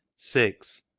six.